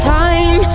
time